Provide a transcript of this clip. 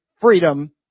freedom